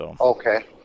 Okay